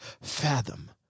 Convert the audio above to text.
Fathom